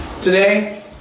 Today